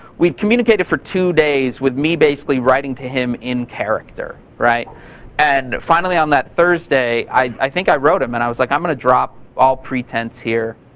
we communicated for two days with me basically writing to him in character. and finally on that thursday i think i wrote him and i was like, i'm gonna drop all pretense here.